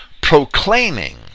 proclaiming